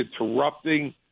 interrupting